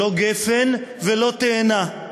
לא גפן ולא תאנה,